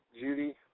Judy